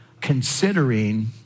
considering